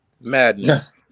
Madness